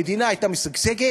המדינה הייתה משגשגת.